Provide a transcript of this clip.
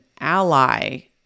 ally